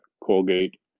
Colgate